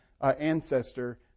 ancestor